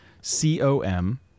c-o-m